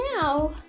now